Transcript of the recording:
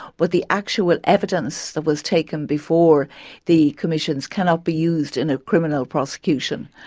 but the actual evidence that was taken before the commissions cannot be used in a criminal prosecution.